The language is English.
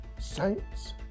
Saints